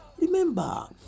Remember